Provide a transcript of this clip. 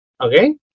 okay